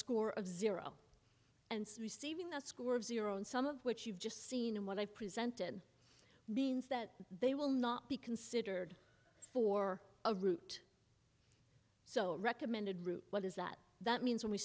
score of zero and receiving that score of zero in some of what you've just seen and what i presented means that they will not be considered for a route so recommended route what is that that means when we